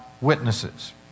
witnesses